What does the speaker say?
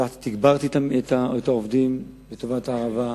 תגברתי את העובדים לטובת הערבה.